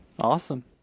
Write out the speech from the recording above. Awesome